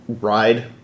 ride